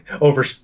over –